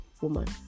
woman